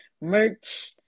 merch